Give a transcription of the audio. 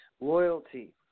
loyalty